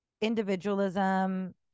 individualism